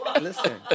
Listen